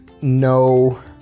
no